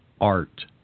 art